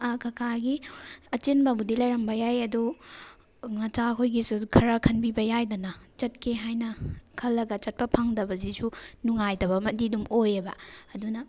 ꯑ ꯀꯀꯥꯒꯤ ꯑꯆꯤꯟꯕꯕꯨꯗꯤ ꯂꯩꯔꯝꯕ ꯌꯥꯏ ꯑꯗꯨ ꯅꯆꯥꯍꯣꯏꯒꯤꯁꯨ ꯈꯔ ꯈꯟꯕꯤꯕ ꯌꯥꯏꯗꯅ ꯆꯠꯀꯦ ꯍꯥꯏꯅ ꯈꯜꯂꯒ ꯆꯠꯄ ꯐꯪꯗꯕꯁꯤꯁꯨ ꯅꯨꯡꯉꯥꯏꯇꯕ ꯑꯃꯗꯤ ꯑꯗꯨꯝ ꯑꯣꯏꯌꯦꯕ ꯑꯗꯨꯅ